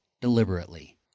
deliberately